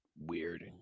weird